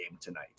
tonight